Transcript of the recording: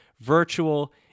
virtual